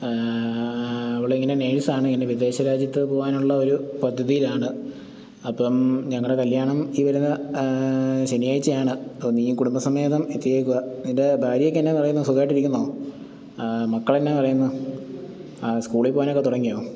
അവളിങ്ങനെ നേഴ്സ് ആണ് ഇങ്ങനെ വിദേശ രാജ്യത്ത് പോകാന് ഉള്ള ഒരു പദ്ധതിയിലാണ് അപ്പം ഞങ്ങളുടെ കല്ല്യാണം ഈ വരുന്ന ശനിയാഴ്ച ആണ് നീയും കുടുമ്പസമേതം എത്തിയേക്കുക നിന്റെ ഭാര്യയൊക്കെ എന്നാ പറയുന്നു സുഖായിട്ടിരിക്കുന്നോ ആ മക്കൾ എന്നാ പറയുന്നു ആ സ്കൂളിൽ പോകാനൊക്കെ തുടങ്ങിയൊ